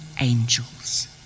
angels